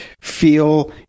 feel